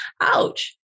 Ouch